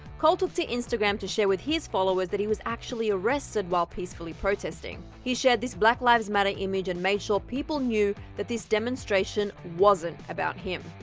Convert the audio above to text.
cole took to instagram to share with his followers that he was actually arrested while peacefully protesting. he shared this black lives matter image and made sure people knew that this demonstration wasn't about him.